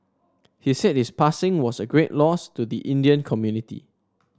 he said his passing was a great loss to the Indian community